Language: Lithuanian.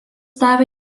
davė